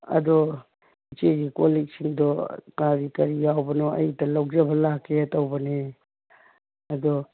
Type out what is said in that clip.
ꯑꯗꯣ ꯏꯆꯦꯒꯤ ꯀꯣꯜꯂꯤꯛꯁꯤꯡꯗꯣ ꯀꯔꯤ ꯀꯔꯤ ꯌꯥꯎꯕꯅꯣ ꯑꯩ ꯑꯝꯇ ꯂꯧꯖꯕ ꯂꯥꯛꯀꯦ ꯇꯧꯕꯅꯤ ꯑꯗꯣ